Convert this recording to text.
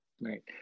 Right